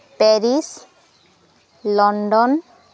Paris London